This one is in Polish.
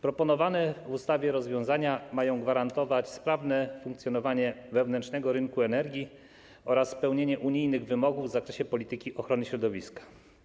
Proponowane w ustawie rozwiązania mają gwarantować sprawne funkcjonowanie wewnętrznego rynku energii oraz spełnienie unijnych wymogów w zakresie polityki ochrony środowiska.